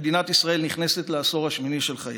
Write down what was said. מדינת ישראל נכנסת לעשור השמיני של חייה.